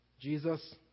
Jesus